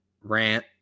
rant